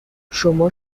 شما